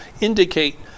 indicate